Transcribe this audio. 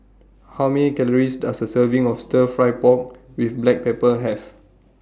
How Many Calories Does A Serving of Stir Fry Pork with Black Pepper Have